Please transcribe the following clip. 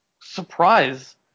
surprise